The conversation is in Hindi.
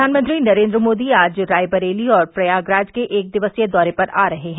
प्रधानमंत्री नरेन्द्र मोदी आज रायबरेली और प्रयागराज के एक दिवसीय दौरे पर आ रहे हैं